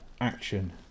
action